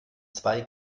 zwei